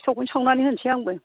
सिथावखौनो सावनानै होनोसै आंबो